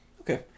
Okay